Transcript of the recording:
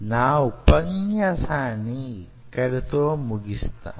నా ఉపన్యాసాన్ని ఇక్కడ ముగిస్తాను